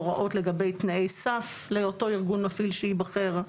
הוראות לגבי תנאי סף לאותו ארגון מפעיל שייבחר,